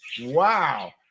wow